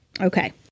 Okay